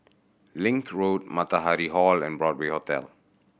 Link Road Matahari Hall and Broadway Hotel